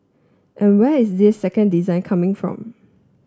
and where is this second design coming from